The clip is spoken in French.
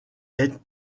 est